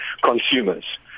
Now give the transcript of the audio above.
consumers